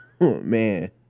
man